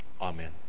Amen